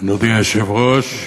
אדוני היושב-ראש,